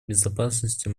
безопасности